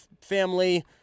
family